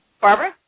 Barbara